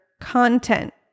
content